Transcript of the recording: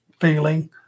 feeling